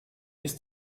ist